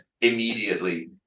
immediately